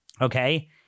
Okay